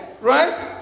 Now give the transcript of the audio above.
right